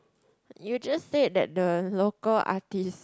you just said that the local artist